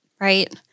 Right